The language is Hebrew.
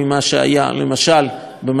למשל במצב מלחמתי,